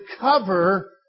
cover